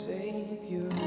Savior